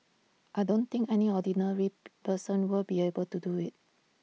I don't think any ordinary person will be able to do IT